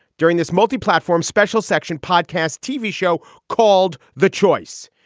during this multi-platform special section podcast, tv show called the choice,